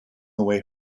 away